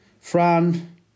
Fran